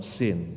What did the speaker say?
sin